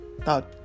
thought